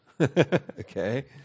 Okay